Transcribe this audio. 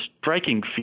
striking